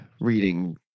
reading